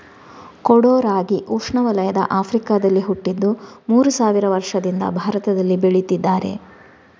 ಕೊಡೋ ರಾಗಿ ಉಷ್ಣವಲಯದ ಆಫ್ರಿಕಾದಲ್ಲಿ ಹುಟ್ಟಿದ್ದು ಮೂರು ಸಾವಿರ ವರ್ಷದಿಂದ ಭಾರತದಲ್ಲಿ ಬೆಳೀತಿದ್ದಾರೆ